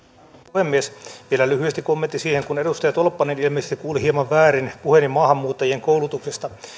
puhemies vielä lyhyesti kommentti siihen kun edustaja tolppanen ilmeisesti kuuli hieman väärin puheeni maahanmuuttajien koulutuksesta